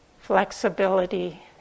flexibility